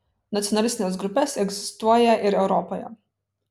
nacionalistines grupes egzistuoja ir europoje